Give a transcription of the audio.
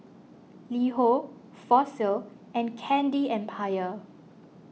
LiHo Fossil and Candy Empire